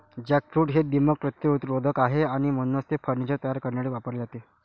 jackfruit हे दीमक प्रतिरोधक आहे आणि म्हणूनच ते फर्निचर तयार करण्यासाठी वापरले जाते